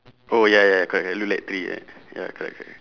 oh ya ya correct look like tree like that ya correct correct